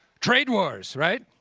trade wars, right?